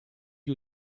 gli